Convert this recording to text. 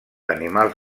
animals